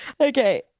Okay